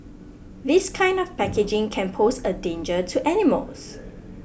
this kind of packaging can pose a danger to animals